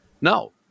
No